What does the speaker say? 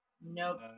Nope